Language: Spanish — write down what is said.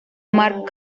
mark